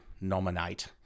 nominate